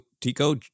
Tico